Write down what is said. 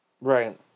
Right